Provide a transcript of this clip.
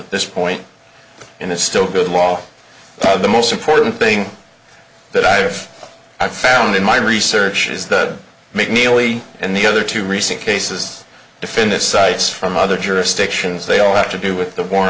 at this point and it's still good law the most important thing that i've found in my research is that make me only and the other two recent cases defendants cites from other jurisdictions they all have to do with the war